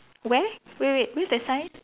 where wait wait where's that sign